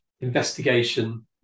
investigation